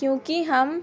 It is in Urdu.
کیوںکہ ہم